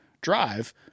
drive